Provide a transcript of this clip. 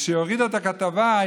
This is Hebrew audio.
וכשהיא הורידה את הכתבה,